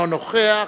אינו נוכח.